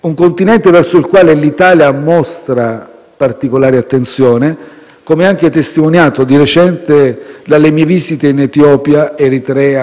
un Continente verso il quale l'Italia mostra particolare attenzione, come anche testimoniato di recente dalle mie visite in Etiopia, Eritrea,